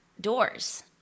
doors